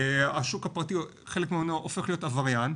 חלק מהשוק הפרטי הופך להיות עבריין,